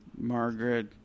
Margaret